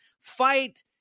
fight